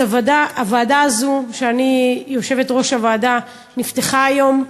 אז הוועדה הזאת, שאני היושבת-ראש שלה, נפתחה היום,